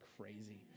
crazy